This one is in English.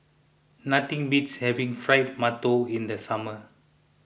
nothing Beats having Fried Mantou in the summer